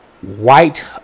White